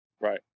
Right